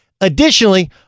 Additionally